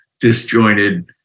disjointed